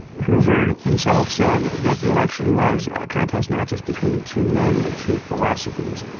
hoover himself said that the election was a contest not just between two men, but two philosophies.